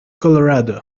colorado